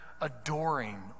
adoring